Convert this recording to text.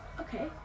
okay